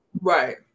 Right